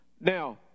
Now